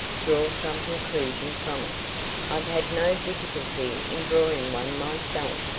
draw some conclusion from it i've had no difficulty in drawing one myself.